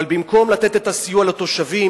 אבל במקום לתת סיוע לתושבים,